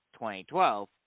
2012